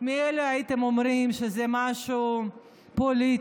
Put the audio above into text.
מילא הייתם אומרים שזה משהו פוליטי,